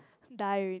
die already